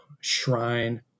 shrine